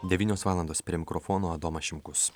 devynios valandos prie mikrofono adomas šimkus